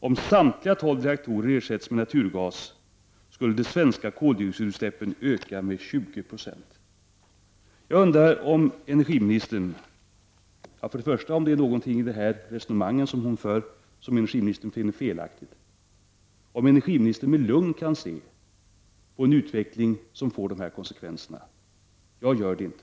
Om samtliga tolv reaktorer ersätts med naturgas ——— skulle de svenska koldioxidutsläppen öka med tjugo procent.” Jag undrar om det finns något i det resonemang som hon för som industriministern finner felaktigt och om industriministern med lugn kan se på en utveckling som får dessa konsekvenser. Jag kan det inte.